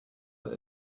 that